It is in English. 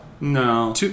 No